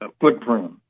footprint